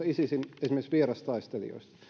isisin vierastaistelijoista